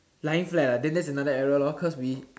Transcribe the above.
lying flat ah then that's another error lor cause we